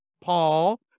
Paul